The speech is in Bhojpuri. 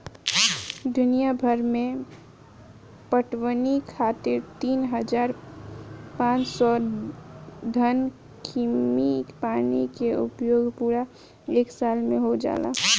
दुनियाभर में पटवनी खातिर तीन हज़ार पाँच सौ घन कीमी पानी के उपयोग पूरा एक साल में हो जाला